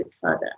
further